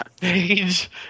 Page